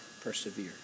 persevere